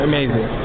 Amazing